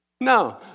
No